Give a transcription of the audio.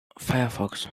firefox